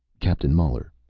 captain muller,